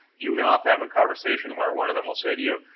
you and often have a conversation where one of them will say to you,